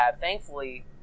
thankfully